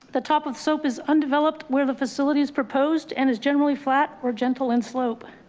the top of soap is undeveloped where the facility is proposed and is generally flat or gentle in slope.